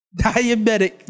diabetic